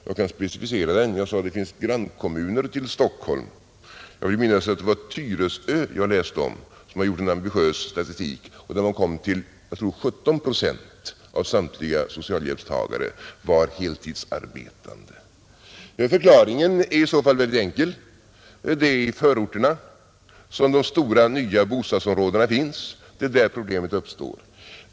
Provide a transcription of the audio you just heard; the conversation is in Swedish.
Jag kan specificera den, Det finns grannkommuner till Stockholm — jag vill minnas att det var Tyresö jag läste om — som gjort en ambitiös statistik, där man kommit fram till att, jag tror, 17 procent av samtliga socialhjälpstagare var heltidsarbetande, Förklaringen är i så fall mycket enkel, Det är i förorterna som de stora nya bostadsområdena finns. Det är där problemen uppstår.